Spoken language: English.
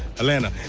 atlanta,